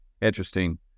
Interesting